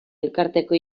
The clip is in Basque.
elkarteko